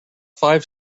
five